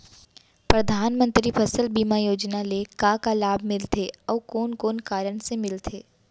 परधानमंतरी फसल बीमा योजना ले का का लाभ मिलथे अऊ कोन कोन कारण से मिलथे?